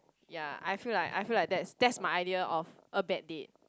ya I feel like I feel like that's that's my idea of a bad date